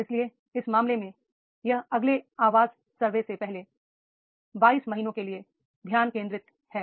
इसलिए इस मामले में यह अगले आवाज सर्वे से पहले 22 महीनों के लिए ध्यान केंद्रित है